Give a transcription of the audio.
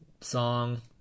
song